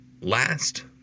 last